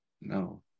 No